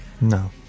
No